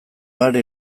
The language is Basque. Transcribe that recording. are